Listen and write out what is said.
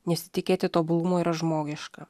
nesitikėti tobulumo yra žmogiška